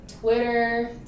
Twitter